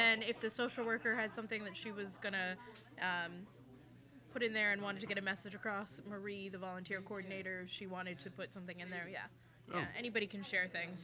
the social worker had something that she was going to put in there and wanted to get a message across marie the volunteer coordinator she wanted to put something in there yeah anybody can share things